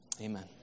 amen